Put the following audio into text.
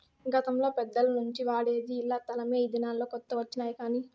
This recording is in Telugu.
గతంలో పెద్దల నుంచి వాడేది ఇలా తలమే ఈ దినాల్లో కొత్త వచ్చినాయి కానీ